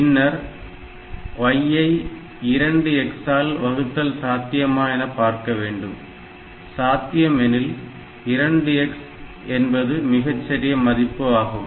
பின்னர் yஐ 2x ஆல் வகுத்தல் சாத்தியமா என்று பார்க்க வேண்டும் சாத்தியம் எனில் 2x என்பது மிகச்சிறிய மதிப்பு ஆகும்